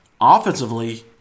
Offensively